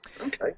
Okay